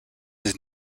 his